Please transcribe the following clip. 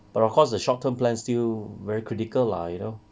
but of course the short term plan still very critical lah you know